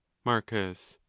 marcus.